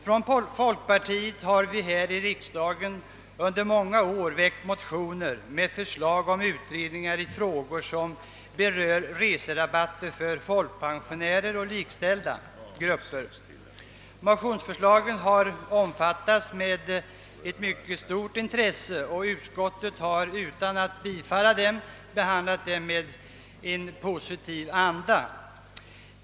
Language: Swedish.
Från folkpartiet har vi här i riksdagen under många år väckt motioner med förslag om utredningar i frågor som gäller reserabatter för folkpensionärer och med dem likställda grupper. Motionsförslagen har omfattats med ett mycket stort intresse, och utskottet har utan att tillstyrka dem, behandlat dem i en positiv anda.